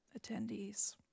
attendees